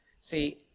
See